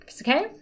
okay